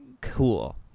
cool